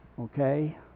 Okay